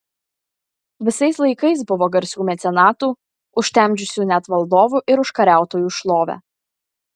visais laikais buvo garsių mecenatų užtemdžiusių net valdovų ir užkariautojų šlovę